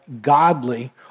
godly